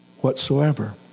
whatsoever